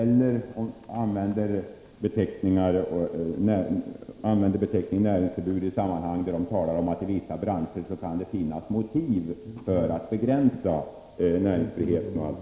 De använder också beteckningen näringsförbud i sammanhang där de talar om att det i vissa branscher kan finnas motiv för att begränsa näringsfriheten.